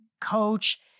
coach